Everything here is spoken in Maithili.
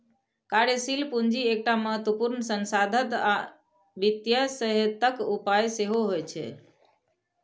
कार्यशील पूंजी एकटा महत्वपूर्ण संसाधन आ वित्तीय सेहतक उपाय सेहो होइ छै